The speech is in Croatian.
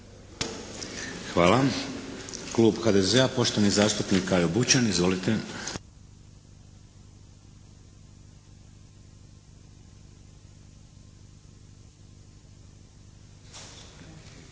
Hvala. Klub HDZ-a, poštovani zastupnik Kajo Bućan. Izvolite!